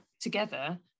together